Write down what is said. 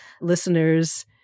listeners